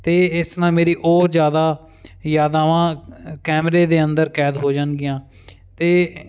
ਅਤੇ ਇਸ ਨਾਲ ਮੇਰੀ ਉਹ ਜ਼ਿਆਦਾ ਯਾਦਾਵਾਂ ਕੈਮਰੇ ਦੇ ਅੰਦਰ ਕੈਦ ਹੋ ਜਾਣਗੀਆਂ ਅਤੇ